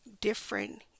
different